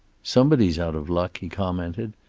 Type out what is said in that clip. somebody's out of luck, he commented.